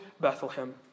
Bethlehem